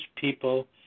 people